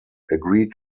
agree